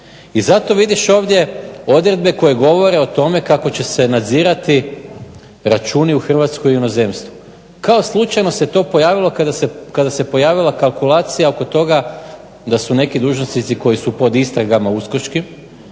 I zato vidiš ovdje odredbe koje govore o tome kako će se nadzirati računi u Hrvatskoj i inozemstvu. Kao slučajno se to pojavilo kada se pojavila kalkulacija oko toga da su neki dužnosnici koji su pod istragama uskočkim